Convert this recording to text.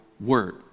word